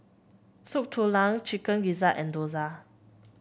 Soup Tulang Chicken Gizzard and dosa